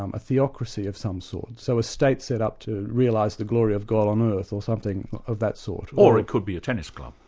um a theocracy of some sort, so a state set up to realise the glory of god on earth or something of that sort. or it could be a tennis club.